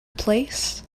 place